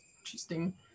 Interesting